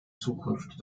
zukunft